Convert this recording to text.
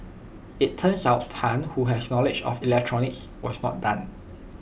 IT turns out Tan who has knowledge of electronics was not done